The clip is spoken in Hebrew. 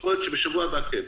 יכול להיות שבשבוע הבא כן.